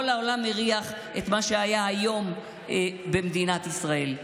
כל העולם מריח את מה שהיה היום במדינת ישראל.